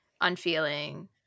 Unfeeling